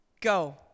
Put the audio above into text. Go